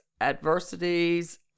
adversities